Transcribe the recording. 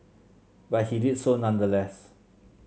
but he did so nonetheless